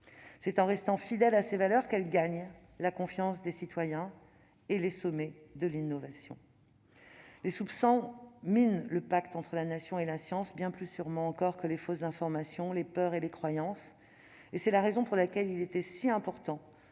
C'est en restant fidèle à ses valeurs qu'elle gagne la confiance des citoyens et les sommets de l'innovation. Les soupçons de fraude et de conflits d'intérêts minent le pacte entre la Nation et la science, bien plus sûrement encore que les fausses informations, les peurs et les croyances. C'est la raison pour laquelle il était si important